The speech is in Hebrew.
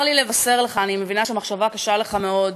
צר לי לבשר לך, אני מבינה שהמחשבה קשה לך מאוד,